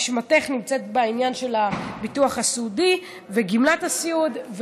נשמתך נמצאת בעניין של הביטוח הסיעודי וגמלת הסיעוד,